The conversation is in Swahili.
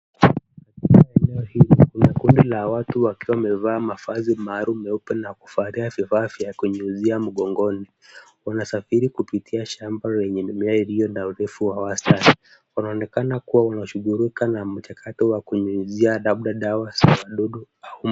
Katika eneo hili kuna kundi la watu wakiwa wamevaa mavazi maalum nyeupe na kuvalia vifaa vya kunyunyuzia mgongoni. Wanasafiri kupitia shamba lenye mimea iliyo na udhaifu. Wanaonekana kuwa wanashighulika na mchakato wa kunyunyuzia labda za wadudu.